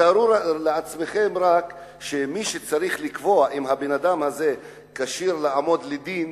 תארו לעצמכם רק שמי שצריך לקבוע אם האדם הזה כשיר לעמוד לדין